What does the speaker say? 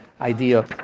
idea